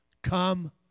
Come